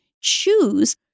Choose